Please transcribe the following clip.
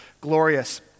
glorious